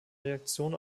reaktion